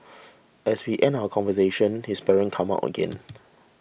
as we end our conversation his parents come up again